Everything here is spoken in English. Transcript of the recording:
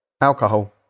alcohol